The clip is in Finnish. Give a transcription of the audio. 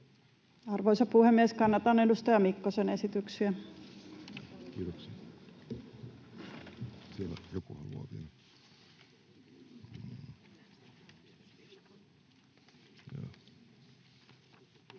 arvoisa puhemies! Kannatan edustaja Mikkosen tekemää